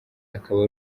akaba